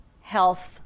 health